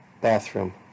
bathroom